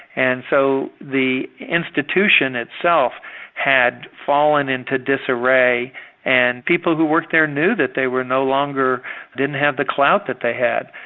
and so the institution itself had fallen into disarray and people who worked there knew that they were no longer didn't have the clout that they had,